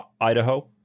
Idaho